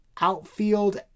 outfield